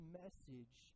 message